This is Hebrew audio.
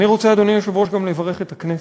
אני רוצה, אדוני היושב-ראש, גם לברך את הכנסת,